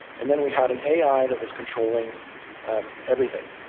and then we had an ai that was controlling everything.